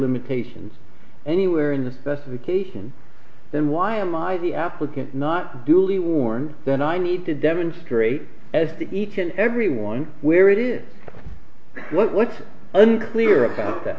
limitations anywhere in the specification then why am i the applicant not duly warned then i need to demonstrate as the each and every one where it is what's unclear